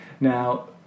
Now